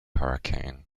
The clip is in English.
hurricane